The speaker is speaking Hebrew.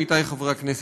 עמיתיי חברי הכנסת,